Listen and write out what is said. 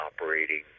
operating